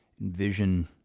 envision